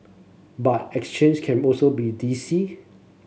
but exchange can also be dicey